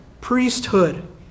priesthood